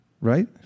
right